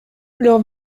leurs